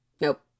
nope